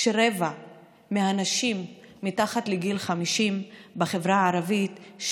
כשרבע מהנשים מתחת לגיל 50 בחברה הערבית,